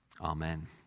Amen